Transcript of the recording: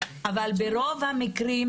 אבל ברוב המקרים,